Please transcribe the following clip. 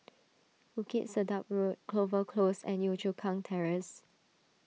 Bukit Sedap Road Clover Close and Yio Chu Kang Terrace